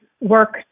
work